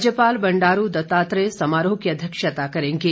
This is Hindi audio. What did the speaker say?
राज्यपाल बंडारू दत्तात्रेय समारोह की अध्यक्षता करेंगे